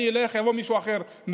אני אלך ויבוא מישהו אחר,